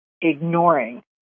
ignoring